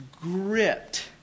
gripped